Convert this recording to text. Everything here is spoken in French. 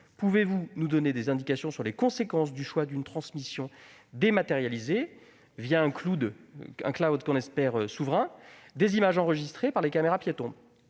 Pouvez-vous nous donner des indications sur les conséquences du choix d'une transmission dématérialisée, un que l'on espère souverain, des images enregistrées par les caméras-piétons ?